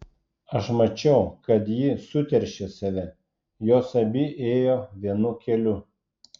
aš mačiau kad ji suteršė save jos abi ėjo vienu keliu